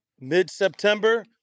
mid-September